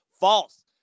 False